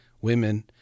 women